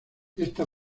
esta